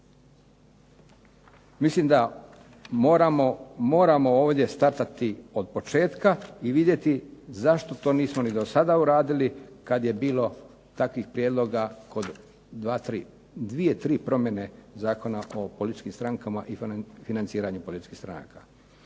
Mislim da moramo ovdje startati od početka i vidjeti zašto to nisu oni do sada uradili kad je bilo takvih prijedloga, dvije tri promjene Zakona o političkim strankama i financiranju političkim stranaka.